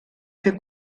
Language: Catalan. fer